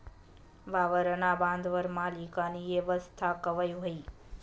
वावरना बांधवर माल ईकानी येवस्था कवय व्हयी?